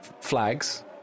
flags